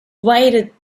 weighted